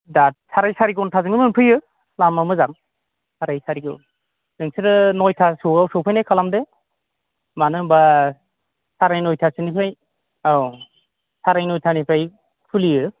दा साराय सारि घण्टाजोंनो मोनफैयो लामा मोजां साराय सारि नोंसोरो नयथासोयाव सौफैनाय खालामदो मानो होम्बा साराय नयथासोनिफ्राय औ साराय नयथानिफ्राय खुलियो